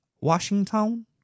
Washington